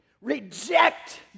reject